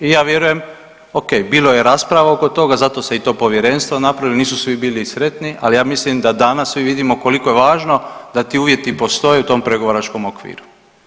I ja vjerujem ok, bilo je rasprava oko toga zato se i to povjerenstvo napravilo, nisu svi bili i sretni, ali ja mislim da danas svi vidimo koliko je važno da ti uvjeti postoje u tom pregovaračkom okviru.